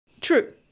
True